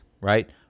right